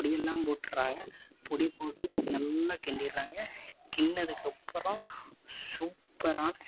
பொடியெல்லாம் போட்டுடுறாங்க பொடி போட்டு நல்லா கிண்டிடுறாங்க கிண்டினதுக்கப்பறம் சூப்பரான